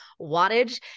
wattage